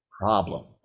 problem